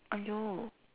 !aiyo!